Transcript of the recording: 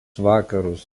vakarus